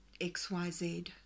XYZ